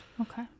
Okay